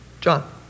John